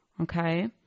okay